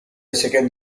second